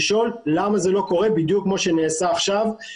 לשאול למה זה לא קורה בדיוק כמו שנעשה עכשיו,